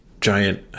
giant